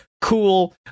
Cool